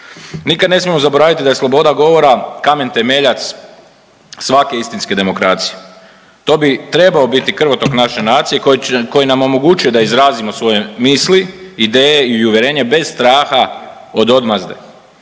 Nikad ne smijemo zaboraviti da je sloboda govora kamen temeljac svake istinske demokracije. To bi trebao biti krvotok naše nacije koji nam omogućuje da izrazimo svoje misli, ideje i uvjerenje bez straha od odmazde.